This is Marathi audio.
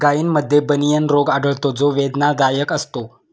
गायींमध्ये बनियन रोग आढळतो जो वेदनादायक असतो